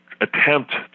attempt